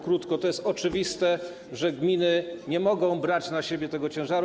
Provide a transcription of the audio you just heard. Krótko: to jest oczywiste, że gminy nie mogą brać na siebie tego ciężaru.